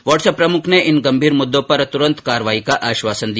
watts app प्रमुख ने इन गंभीर मुददों पर तरत कार्रवाई का आश्वासन दिया